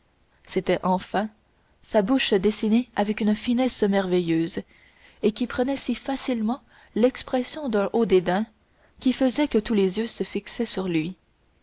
c'était enfin sa bouche dessinée avec une finesse merveilleuse et qui prenait si facilement l'expression d'un haut dédain qui faisaient que tous les yeux se fixaient sur lui